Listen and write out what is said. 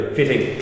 fitting